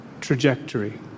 trajectory